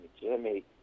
Jimmy